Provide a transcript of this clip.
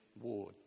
ward